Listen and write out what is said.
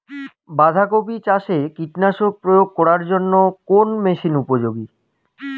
বাঁধা কপি চাষে কীটনাশক প্রয়োগ করার জন্য কোন মেশিন উপযোগী?